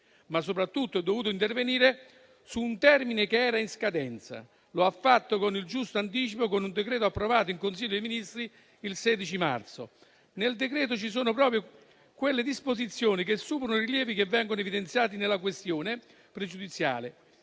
ma, soprattutto, è dovuto intervenire su un termine che era in scadenza; lo ha fatto con il giusto anticipo, con un decreto approvato in Consiglio dei ministri il 16 marzo. Nel decreto ci sono proprio le disposizioni che superano i rilievi che vengono evidenziati nella questione pregiudiziale,